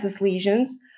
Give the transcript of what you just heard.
lesions